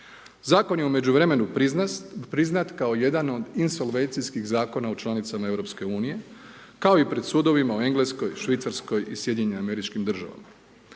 Zakon je u međuvremenu priznat kao jedan od insolvencijkih zakona u članicama EU, kao i pred sudovima u Engleskoj, Švicarskoj i SAD-u. Stabilizacijom